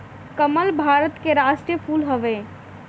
कमल भारत के राष्ट्रीय फूल हवे